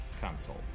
console